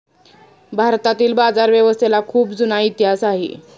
भारतातील बाजारव्यवस्थेला खूप जुना इतिहास आहे